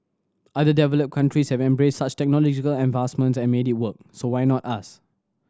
other developed countries have embraced such technological advancements and made it work so why not us